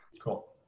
Cool